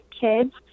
kids